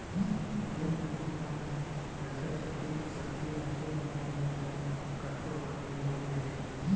जेन मनखे मन ह पइसा छुटे के सक्ति रखथे ओमन ल बेंक ह कतको अकन ले लोन दे देथे